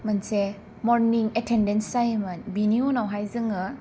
मोनसे morning attendance जायोमोन बिनि उनावहाय जोङो